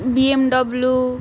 BMW